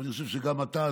אני חושב שגם אתה,